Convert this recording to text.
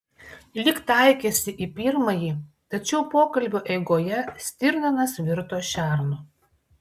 lyg taikėsi į pirmąjį tačiau pokalbio eigoje stirninas virto šernu